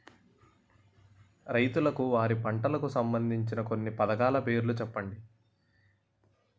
రైతులకు వారి పంటలకు సంబందించిన కొన్ని పథకాల పేర్లు చెప్పండి?